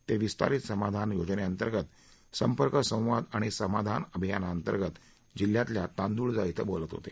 ते विस्तारित समाधान योजनेंतर्गत संपर्क संवाद आणि समाधान अभियानांतर्गत जिल्ह्यातल्या तांदूळजा इथं बोलत होते